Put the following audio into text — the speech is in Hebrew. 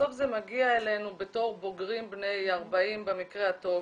בסוף זה מגיע אלינו בתור בוגרים בני 40 במקרה הטוב,